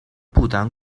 不丹